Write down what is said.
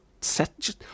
set